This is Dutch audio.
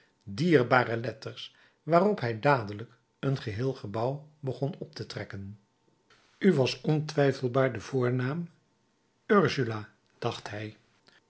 dierbare letters waarop hij dadelijk een geheel gebouw begon op te trekken u was ontwijfelbaar de voornaam ursula dacht hij